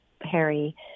Harry